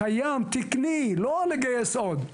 קיים, תקני, לא לגייס עוד.